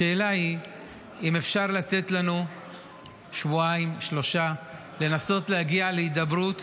השאלה היא אם אפשר לתת לנו שבועיים-שלושה לנסות להגיע להידברות